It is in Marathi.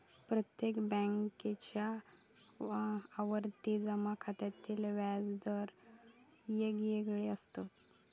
प्रत्येक बॅन्केच्या आवर्ती जमा खात्याचे व्याज दर येगयेगळे असत